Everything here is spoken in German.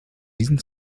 diesen